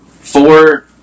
Four